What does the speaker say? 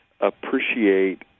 Appreciate